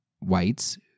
whites